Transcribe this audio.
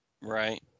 Right